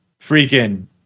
freaking